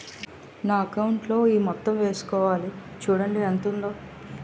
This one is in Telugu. నా అకౌంటులో ఈ మొత్తం ఏసుకోవాలి చూడండి ఎంత ఉందో